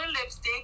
lipstick